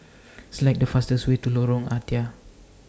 Select The fastest Way to Lorong Ah Thia